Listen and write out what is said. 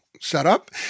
setup